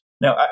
No